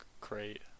great